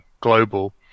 global